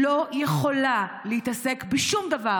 לא יכולה להתעסק בשום דבר